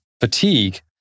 fatigue